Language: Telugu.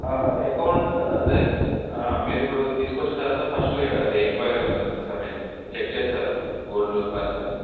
అకౌంట్ అదే మీరు ఇప్పుడు తీసుకు వచ్చిన తర్వాత ఫస్ట్ అది ఎంక్వయిరీ ఉంటుంది సో ఐ మీన్ చెక్ చేస్తారు గోల్డ్ పర్సన్